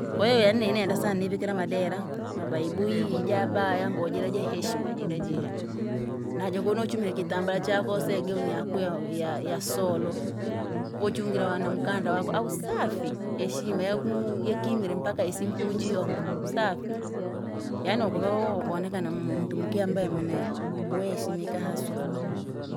Kwahiyo yani ni nenda sana nivikire madera, mabaibui, ije abaya ngoo jira jaheshima jira jira. Naja kono chumire kitambala chako woseya gauni yaku ya- ya- yasolo, wochungire wanakanda waku, au safi! Heshima yakuu yakimire mpaka isimpunji uko safi, yaani ukuvaoo ukonekana mu- muntu muki ambaye mwene, weshimika haswa.